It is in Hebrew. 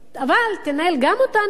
אבל תנהל גם אותנו,